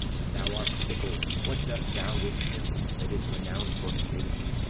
if thou art fickle, what dost thou with him that is renown'd for faith?